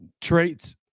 traits